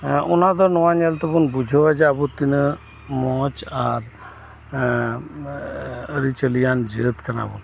ᱦᱮᱸ ᱚᱱᱟᱫᱚ ᱱᱚᱣᱟ ᱧᱮᱞ ᱛᱮᱵᱩᱱ ᱵᱩᱡᱷᱟᱹᱣᱟ ᱡᱮ ᱟᱵᱩ ᱛᱤᱱᱟᱹᱜ ᱢᱚᱪ ᱟᱨ ᱟᱹᱨᱤ ᱪᱟᱹᱞᱤᱭᱟᱱ ᱡᱟᱹᱛ ᱠᱟᱱᱟᱵᱩᱱ